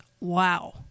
Wow